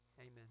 amen